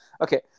Okay